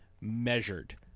measured